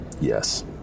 Yes